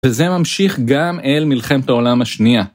וזה ממשיך גם אל מלחמת העולם השנייה.